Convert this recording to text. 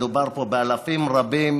מדובר פה באלפים רבים